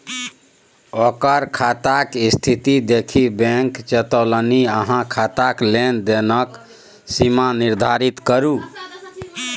ओकर खाताक स्थिती देखि बैंक चेतोलनि अहाँ खाताक लेन देनक सीमा निर्धारित करू